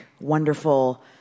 wonderful